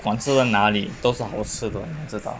不管是在哪里都是好吃的你知道